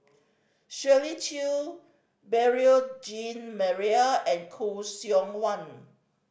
Shirley Chew Beurel Jean Marie and Khoo Seok Wan